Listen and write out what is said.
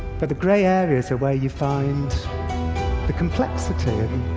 but the gray areas are where you find the complexity.